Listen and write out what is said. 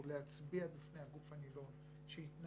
אנחנו יכולים להצביע בפני הגוף הנלון שהתנהלותו,